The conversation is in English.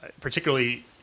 Particularly